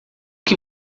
que